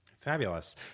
Fabulous